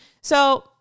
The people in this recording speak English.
So-